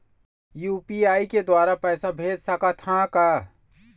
UPI के द्वारा पैसा भेज सकत ह का?